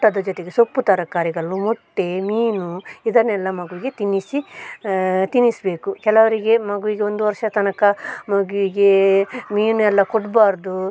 ಊಟದ ಜೊತೆಗೆ ಸೊಪ್ಪು ತರಕಾರಿಗಳು ಮೊಟ್ಟೆ ಮೀನು ಇದನ್ನೆಲ್ಲ ಮಗುವಿಗೆ ತಿನ್ನಿಸಿ ತಿನ್ನಿಸಬೇಕು ಕೆಲವರಿಗೆ ಮಗುವಿಗೆ ಒಂದು ವರ್ಷದ ತನಕ ಮಗುವಿಗೆ ಮೀನೆಲ್ಲ ಕೊಡಬಾರ್ದು